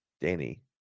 danny